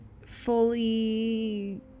fully